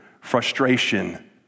frustration